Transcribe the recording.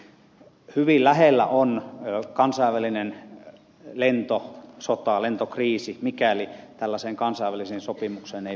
eli hyvin lähellä on kansainvälinen lentosota lentokriisi mikäli tällaiseen kansainväliseen sopimukseen ei päästä